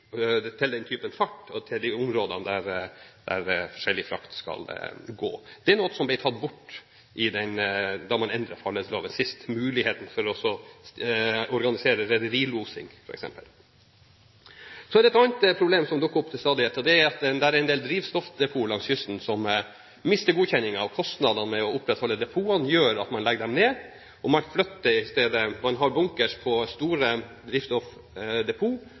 områdene forskjellig frakt skal gå. Dette var noe som ble tatt bort da man endret farledsloven sist, muligheten for å organisere rederilosing f.eks. Så er det et annet problem som dukker opp til stadighet, og det er at en del drivstoffdepoter langs kysten mister godkjenningen. Kostnadene ved å opprettholde depotene gjør at man legger dem ned, og man flytter dem i stedet til et stort drivstoffdepot, og så kjører man